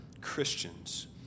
Christians